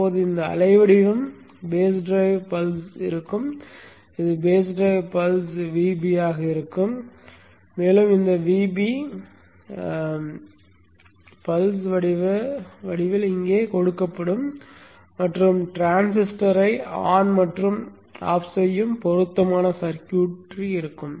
இப்போது இந்த அலை வடிவம் பேஸ் டிரைவ் பல்ஸ் இருக்கும் இது பேஸ் டிரைவ் பல்ஸ் Vb ஆக இருக்கும் மேலும் இந்த Vb தான் துடிப்பு வடிவ வடிவில் இங்கே கொடுக்கப்படும் மற்றும் டிரான்சிஸ்டரை ஆன் மற்றும் ஆஃப் செய்யும் பொருத்தமான சர்க்யூட்ரி இருக்கும்